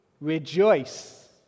rejoice